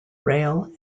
rail